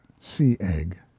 sea-egg